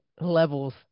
levels